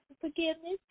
forgiveness